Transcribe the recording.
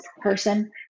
person